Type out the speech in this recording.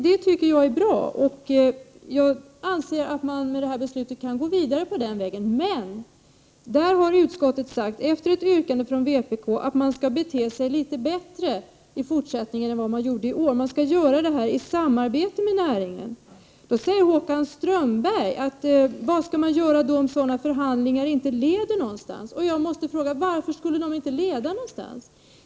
Det tycker jag är bra, och jag anser att man med det här beslutet kan gå vidare på den vägen. Men utskottet har sagt, efter ett yrkande från vpk, att man skall bete sig litet bättre i fortsättningen än vad man har gjort i år och göra detta i samarbete med näringen. Då undrar Håkan Strömberg vad man skall göra, om sådana förhandlingar inte leder någonstans. Varför skulle de inte leda någonstans?